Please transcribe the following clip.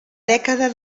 dècada